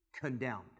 condemned